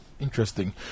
Interesting